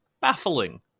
Baffling